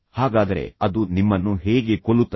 ಹಾಗಾದರೆ ಅದು ನಿಮ್ಮನ್ನು ಹೇಗೆ ಕೊಲ್ಲುತ್ತದೆ